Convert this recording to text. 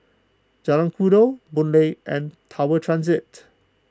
Jalan Kukoh Boon Lay and Tower Transit